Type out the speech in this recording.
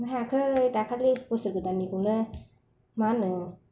खुंनो हायाखै दाखालि बोसोर गोदाननिखौनो मा होनो